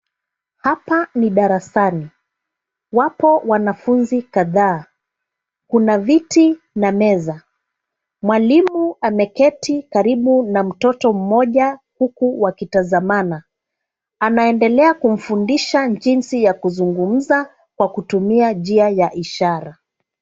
Hapa ni darasani. Wapo wanafunzi kadhaa. Kuna viti na meza. Mwalimu ameketi karibu na mtoto mmoja huku wakitazamana. Anaendelea kumfundisha jinsi ya kuzungumza kwa kutumia njia ya ishara.